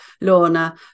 Lorna